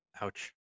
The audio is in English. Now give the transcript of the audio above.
Ouch